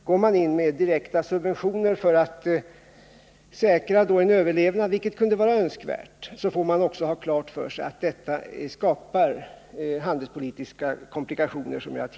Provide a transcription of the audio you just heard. Går man in med direkta subventioner för att säkra en överlevnad, vilket kan vara önskvärt, får man också ha klart för sig att detta, som jag tidigare har sagt, skapar handelspolitiska komplikationer.